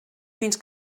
fins